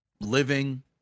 living